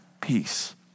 peace